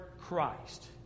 Christ